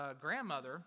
grandmother